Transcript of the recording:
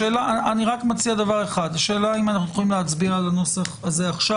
השאלה היא האם אנחנו יכולים להצביע על הנוסח הזה עכשיו.